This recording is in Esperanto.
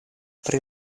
pri